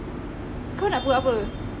kau nak buat apa